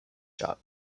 shop